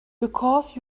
because